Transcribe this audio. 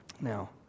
Now